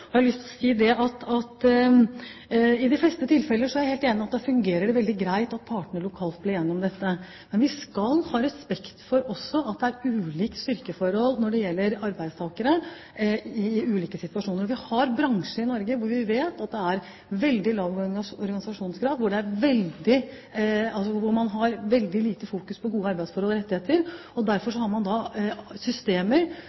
Jeg har lyst til å si at jeg er helt enig i at i de fleste tilfeller fungerer det veldig greit at partene lokalt blir enige om dette. Men vi skal også ha respekt for at det er ulikt styrkeforhold når det gjelder arbeidstakere i ulike situasjoner. Vi har bransjer i Norge hvor vi vet at det er veldig lav organisasjonsgrad, hvor man har veldig lite fokus på gode arbeidsforhold og rettigheter. Derfor